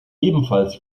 ebenfalls